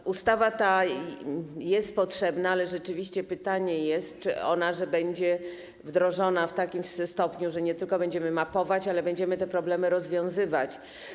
Ta ustawa jest potrzebna, ale rzeczywiście jest pytanie, czy ona będzie wdrożona w takim stopniu, że nie tylko będziemy mapować, ale będziemy te problemy rozwiązywać.